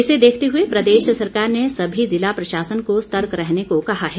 इसे देखते हुए प्रदेश सरकार ने सभी ज़िला प्रशासन को सतर्क रहने को कहा है